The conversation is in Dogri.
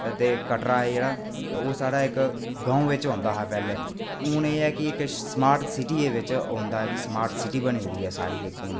ते कटरा जेह्ड़ा ओह् साढ़ा इक ग्रां बिच औंदा हा पैह्लें हून एह् ऐ की स्मार्ट सिटी बिच औंदा कि स्मार्ट सिटी बनी दी हून इक